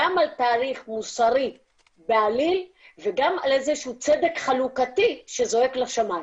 גם על תהליך מוסרי בעליל וגם על איזה שהוא צדק חלוקתי שזועק לשמים.